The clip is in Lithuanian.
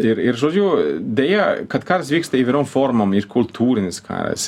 ir ir žodžiu deja kad karas vyksta įvairiom formom ir kultūrinis karas